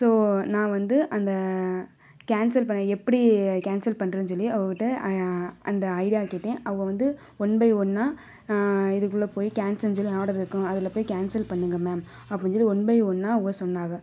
so நான் வந்து அந்த கேன்சல் பண்ணுறது எப்படி கேன்சல் பண்ணுறதுன்னு சொல்லி அவங்கக் கிட்டே அந்த ஐடியா கேட்டேன் அவங்க வந்து ஒன் பை ஒன்னாக இதுக்குள்ளே போய் கேன்சல் சொல்லி ஆடர் இருக்கும் அதில் போய் கேன்சல் பண்ணுங்கள் மேம் அப்படின்னு சொல்லி ஒன் பை ஒன்னாக அவுங்க சொன்னாங்க